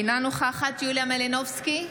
אינה נוכחת יוליה מלינובסקי,